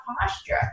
posture